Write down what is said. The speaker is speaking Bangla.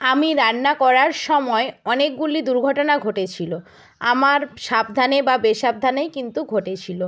আমি রান্না করার সময় অনেকগুলি দুর্ঘটনা ঘটেছিল আমার সাবধানে বা বেসাবধানেই কিন্তু ঘটেছিল